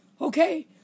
okay